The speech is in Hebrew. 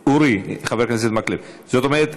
אורי, חבר כנסת מקלב, זאת אומרת,